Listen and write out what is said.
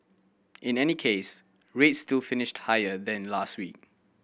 in any case rates still finished higher than last week